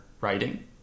writing